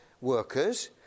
workers